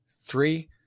Three